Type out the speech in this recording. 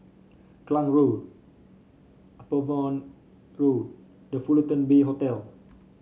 Klang Road Upavon Road The Fullerton Bay Hotel